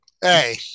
hey